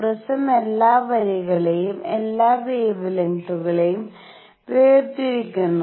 prism എല്ലാ വരികളെയും എല്ലാ വാവേലെങ്തുകളെയും വേർതിരിക്കുന്നു